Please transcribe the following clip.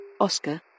Oscar